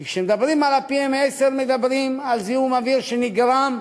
כי כשמדברים על PM10 מדברים על זיהום אוויר שנגרם,